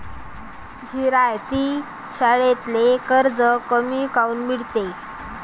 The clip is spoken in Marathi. जिरायती शेतीले कर्ज कमी काऊन मिळते?